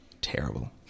terrible